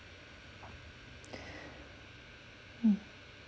mm